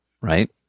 right